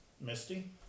Misty